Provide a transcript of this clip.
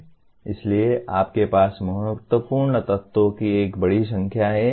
इसलिए आपके पास महत्वपूर्ण तत्वों की एक बड़ी संख्या है